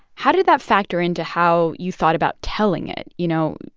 how did that factor into how you thought about telling it? you know,